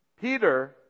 Peter